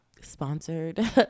sponsored